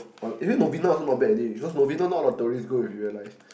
eh even Novena also not bad already because Novena now a lot of tourist go if you realize